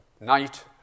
Night